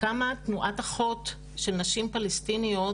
קמה תנועת אחות, של נשים פלסטיניות